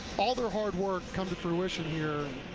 all their hard work come to fruition here,